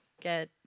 get